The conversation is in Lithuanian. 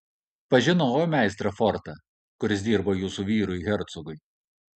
pažinojau meistrą fortą kuris dirbo jūsų vyrui hercogui